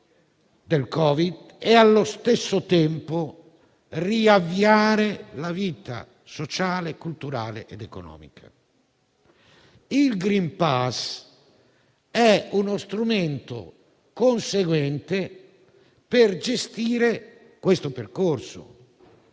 Il *green pass* è uno strumento conseguente per gestire questo percorso.